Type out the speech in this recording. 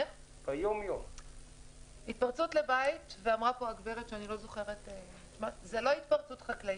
פריצה לבית זו לא פריצה חקלאית.